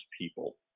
people